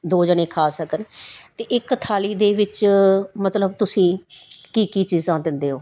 ਦੋ ਜਣੇ ਖਾ ਸਕਣ ਅਤੇ ਇੱਕ ਥਾਲੀ ਦੇ ਵਿੱਚ ਮਤਲਬ ਤੁਸੀਂ ਕੀ ਕੀ ਚੀਜ਼ਾਂ ਦਿੰਦੇ ਹੋ